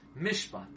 Mishpat